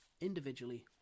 individually